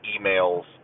emails